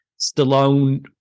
Stallone